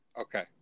Okay